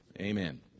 Amen